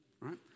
right